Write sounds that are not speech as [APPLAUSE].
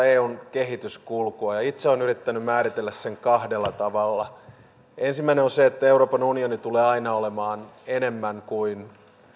[UNINTELLIGIBLE] eun kehityskulkua itse olen yrittänyt määritellä sen kahdella tavalla ensimmäinen on se että euroopan unioni tulee aina olemaan enemmän kuin